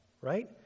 right